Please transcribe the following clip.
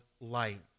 light